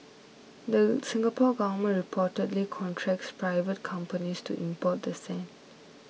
the Singapore Government reportedly contracts private companies to import the sand